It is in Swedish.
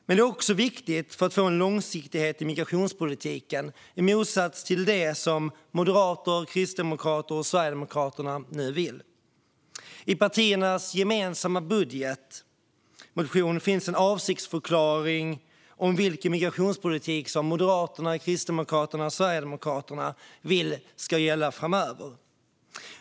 Men det är också viktigt för att få en långsiktighet i migrationspolitiken, i motsats till det som moderater, kristdemokrater och sverigedemokrater nu vill. I Moderaternas, Kristdemokraternas och Sverigedemokraternas gemensamma budgetmotion finns en avsiktsförklaring om vilken migrationspolitik som partierna vill ska gälla framöver.